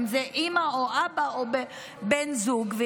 אם זה אם או אב או בן זוג,